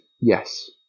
yes